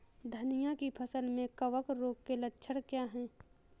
धनिया की फसल में कवक रोग के लक्षण क्या है?